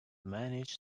managed